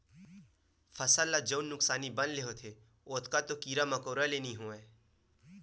फसल ल जउन नुकसानी बन ले होथे ओतका तो कीरा मकोरा ले नइ होवय